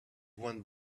went